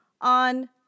on